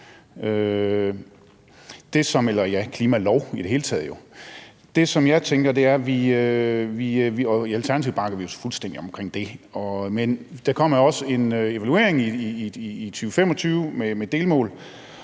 eller klimalov i det hele taget, der findes i verden – og i Alternativet bakker vi jo fuldstændig op om det. Men der kommer også en evaluering i 2025 med delmål,